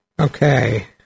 Okay